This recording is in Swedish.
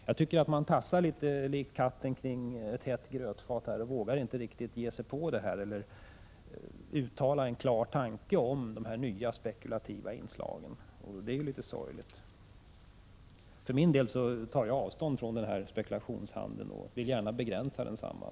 Jag tycker att man går litet som katten kring ett hett grötfat och inte riktigt vågar ge sig på detta eller uttala en klar tanke om dessa nya spekulativa inslag, vilket ju är litet sorgligt. För min del tar jag avstånd från denna spekulationshandel, och jag vill gärna begränsa densamma.